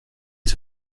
est